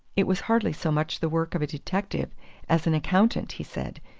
it was hardly so much the work of a detective as an accountant, he said,